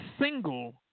single